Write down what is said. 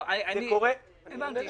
הבנתי.